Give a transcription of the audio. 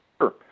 Sure